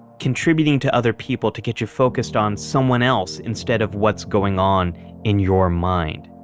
contributing to other people to get you focused on someone else instead of what's going on in your mind.